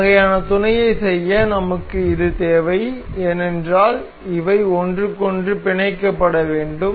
இந்த வகையான துணையைச் செய்ய நமக்கு இது தேவை ஏனென்றால் இவை ஒன்றுக்கொன்று பிணைக்கப்பட வேண்டும்